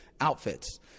outfits